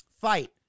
Fight